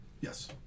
Yes